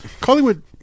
Collingwood